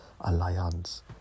Alliance